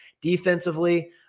Defensively